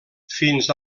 fins